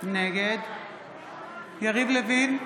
נגד יריב לוין,